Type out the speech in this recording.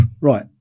Right